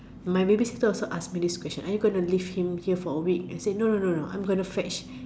my babysitter also ask me this question are you going to leave him here for a week I say no no no no I'm going to fetch